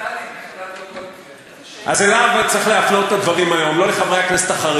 (חבר הכנסת יעקב אשר יוצא מאולם המליאה.)